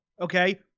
okay